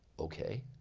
ok.